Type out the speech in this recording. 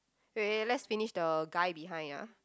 wait wait let's finish the guy behind ah